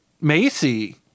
Macy